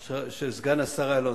של סגן השר אילון.